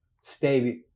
stay